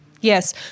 Yes